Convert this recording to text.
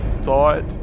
thought